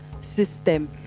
system